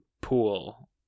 pool